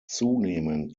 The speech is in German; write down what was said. zunehmend